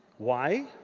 why?